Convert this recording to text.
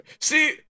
See